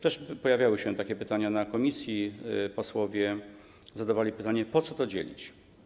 Też pojawiały się takie pytania w komisji, posłowie zadawali pytanie, po co to dzielić.